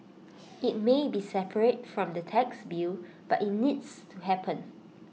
IT may be separate from the tax bill but IT needs to happen